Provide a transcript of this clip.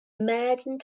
imagined